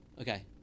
Okay